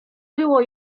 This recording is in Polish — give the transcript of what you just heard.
było